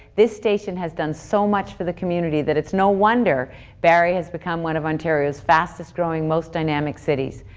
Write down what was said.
this station has done so much for the community that it's no wonder barrie has become one of ontario's fastest growing, most dynamic cities.